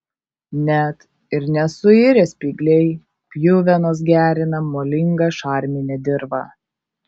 net ir nesuirę spygliai pjuvenos gerina molingą šarminę dirvą